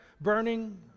burning